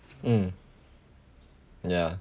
mm ya